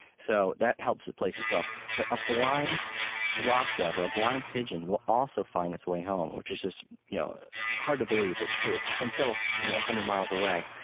so that helps it place itself. but a blind rock dove, or a blind pigeon will also find its way home, which is you know hard to believe, but true, from several you know hundred miles away.